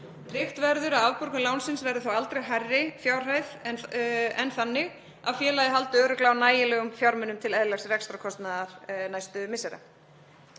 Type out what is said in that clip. Tryggt verður að afborgun lánsins verði þó aldrei hærri fjárhæð en þannig að félagið haldi örugglega á nægilegum fjármunum til eðlilegs rekstrarkostnaðar næstu missera.